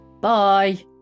Bye